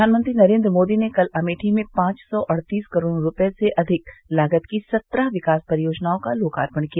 प्रधानमंत्री नरेन्द्र मोदी ने कल अमेठी में पांच सौ अड़तीस करोड़ रुपये से अधिक लागत की सत्रह विकास परियोजनाओं का लोकार्पण किया